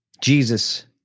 Jesus